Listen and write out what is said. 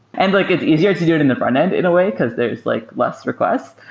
and like it's easier to do it in the frontend in a way, because there's like less request.